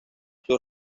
sus